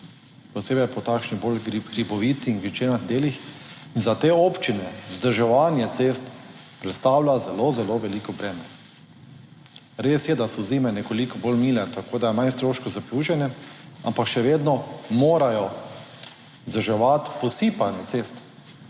Posebej po takšnih bolj hribovitih, gričevjih delih in za te občine vzdrževanje cest predstavlja zelo, zelo veliko breme. Res je, da so zime nekoliko bolj mile, tako da je manj stroškov za pluženje, ampak še vedno morajo vzdrževati posipanje cest.